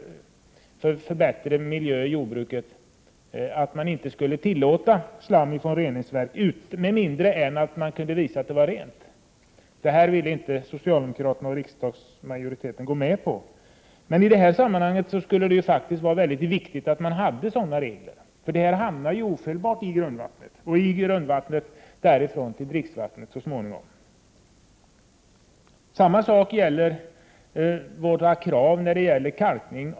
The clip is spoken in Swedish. För att underlätta den kommunala kontrollen av dricksvattnet har kommunerna själva utarbetat råd och rekommendationer för dricksvattenkontrollen.